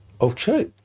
Okay